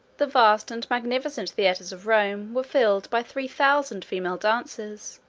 the vast and magnificent theatres of rome were filled by three thousand female dancers,